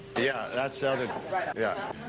yeah, that's the other yeah.